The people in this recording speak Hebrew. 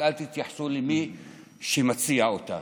ואל תתייחסו למי שמציע אותה.